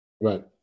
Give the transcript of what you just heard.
Right